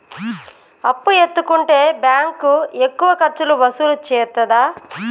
అప్పు ఎత్తుకుంటే బ్యాంకు ఎక్కువ ఖర్చులు వసూలు చేత్తదా?